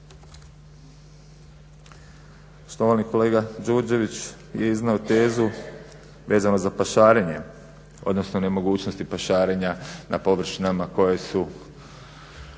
Štovani kolega Đurđević je iznio tezu vezano za pašarenje, odnosno nemogućnosti pašarenja na površinama koje su